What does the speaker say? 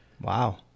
Wow